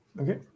Okay